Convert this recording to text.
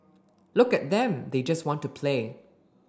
look at them they just want to play